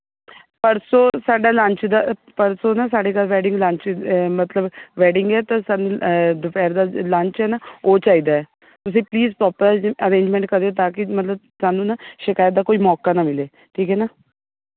ਪਰਸੋਂ ਸਾਡਾ ਲੰਚ ਦਾ ਪਰਸੋਂ ਨਾ ਸਾਡੇ ਘਰ ਵੈਡਿੰਗ ਲੰਚ ਮਤਲਬ ਵੈਡਿੰਗ ਹੈ ਪਰ ਸਾਨੂੰ ਦੁਪਹਿਰ ਦਾ ਲੰਚ ਹੈ ਨਾ ਉਹ ਚਾਹੀਦਾ ਤੁਸੀਂ ਪਲੀਜ਼ ਪਰੋਪਰ ਅਰੇਂਜਮੈਂਟ ਕਰਿਓ ਤਾਂ ਕਿ ਮਤਲਬ ਸਾਨੂੰ ਨਾ ਸ਼ਿਕਾਇਤ ਦਾ ਕੋਈ ਮੌਕਾ ਨਾ ਮਿਲੇ ਠੀਕ ਹੈ ਨਾ